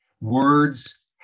Words